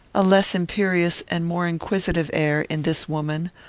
a less imperious and more inquisitive air, in this woman,